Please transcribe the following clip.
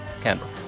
Canberra